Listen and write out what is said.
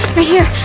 right here.